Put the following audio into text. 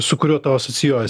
su kuriuo tau asocijuojas